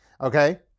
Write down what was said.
Okay